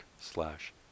slash